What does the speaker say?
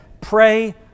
pray